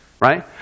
right